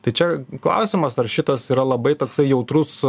tai čia klausimas ar šitas yra labai toksai jautrus